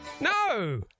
No